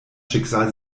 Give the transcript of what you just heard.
schicksal